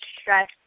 stress